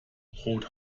brot